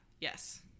Yes